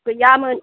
गैयामोन